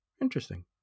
Interesting